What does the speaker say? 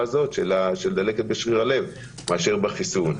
הזאת של דלקת בשריר הלב מאשר מהחיסון.